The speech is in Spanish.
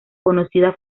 conocida